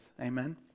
Amen